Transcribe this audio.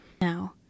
Now